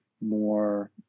more